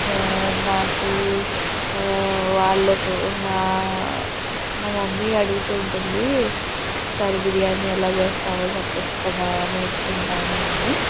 నాకూ వాళ్లకు మా మా మమ్మీ అడుగుతూ ఉంటుందీ ఒకసారి బిర్యాని ఎలా చేస్తావో చెప్పొచ్చు కదా నేర్చుకుంటాను అని